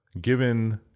given